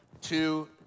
two